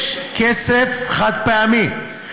יש כסף חד-פעמי.